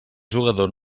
jugador